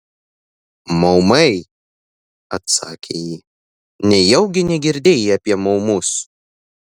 maumai atsakė ji nejaugi negirdėjai apie maumus